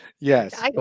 yes